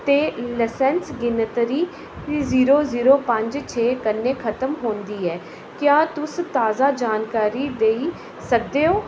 ते लसैंस गिनतरी zero zero पंज छे कन्नै खत्म होंदी ऐ क्या तुस ताजा जानकारी देई सकदे ओ